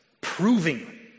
proving